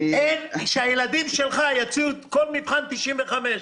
כשהילדים שלך יוציאו בכל מבחן 95,